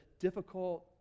difficult